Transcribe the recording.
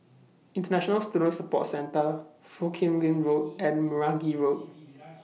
International Student Support Centre Foo Kim Lin Road and Meragi Road